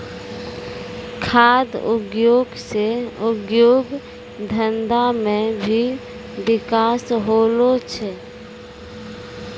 खाद्य उद्योग से उद्योग धंधा मे भी बिकास होलो छै